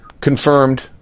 confirmed